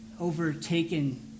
overtaken